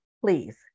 please